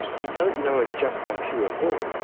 you don't know it just by pure thought,